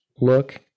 look